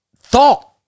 thought